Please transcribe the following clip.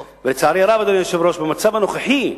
ולצערי הרב, אדוני היושב-ראש, במצב הנוכחי,